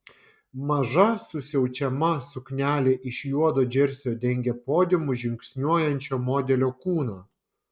maža susiaučiama suknelė iš juodo džersio dengė podiumu žingsniuojančio modelio kūną